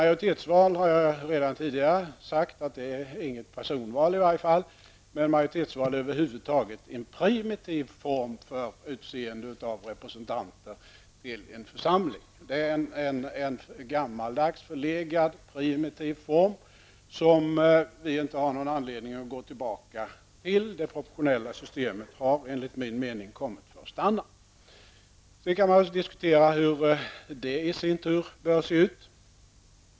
Jag har redan tidigare sagt att majoritetsval inte innebär något personval. Majoritetsval är över huvud taget en primitiv form när man skall utse representanter till en församling. Det är en gammaldags, förlegad och primitiv form som vi inte har anledning att gå tillbaka till. Det proportionella systemet har enligt min mening kommit för att stanna. Man kan diskutera hur det proportionella systemet i sin tur bör se ut.